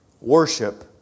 worship